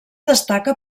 destaca